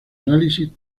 análisis